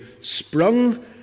sprung